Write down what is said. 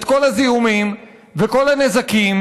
את כל הזיהומים וכל הנזקים